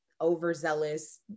overzealous